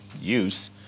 use